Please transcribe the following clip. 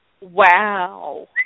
Wow